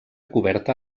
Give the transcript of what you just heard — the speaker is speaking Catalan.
coberta